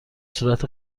صورت